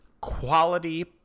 quality